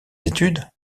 études